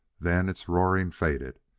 then its roaring faded.